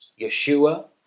Yeshua